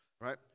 right